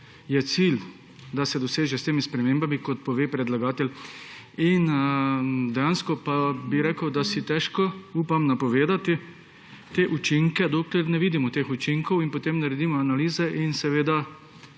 je cilj, da se doseže s temi spremembami, kot pove predlagatelj, in dejansko bi rekel, da si težko upam napovedati te učinke, dokler ne vidimo teh učinkov in potem naredimo analize in seveda